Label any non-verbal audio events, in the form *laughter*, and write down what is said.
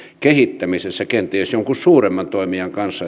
kehittämisessä kenties jonkun suuremman toimijan kanssa *unintelligible*